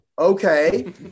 okay